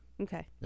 Okay